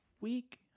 week